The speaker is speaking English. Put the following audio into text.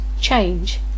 change